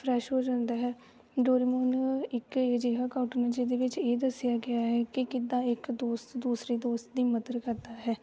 fresh ਹੋ ਜਾਂਦਾ ਹੈ ਡੋਰੇਮੋਨ ਇੱਕ ਅਜਿਹਾ ਕਾਟੂਨ ਹੈ ਜਿਹਦੇ ਵਿੱਚ ਇਹ ਦੱਸਿਆ ਗਿਆ ਹੈ ਕਿ ਕਿੱਦਾਂ ਇੱਕ ਦੋਸਤ ਦੂਸਰੇ ਦੋਸਤ ਦੀ ਮਦਦ ਕਰਦਾ ਹੈ